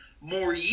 more